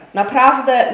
naprawdę